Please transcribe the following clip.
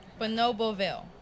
Bonoboville